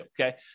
okay